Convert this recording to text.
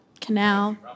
canal